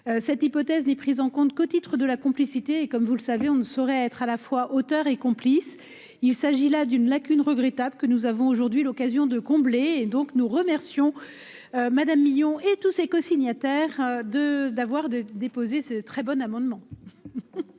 Cette hypothèse n’est prise en compte qu’au titre de la complicité ; or, comme vous le savez, on ne saurait être à la fois auteur et complice. Il s’agit là d’une lacune regrettable que nous avons aujourd’hui l’occasion de combler. Nous remercions donc Mme Billon et l’ensemble des cosignataires d’avoir déposé cet excellent amendement